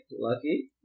lucky